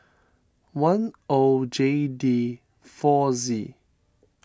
one O J D four Z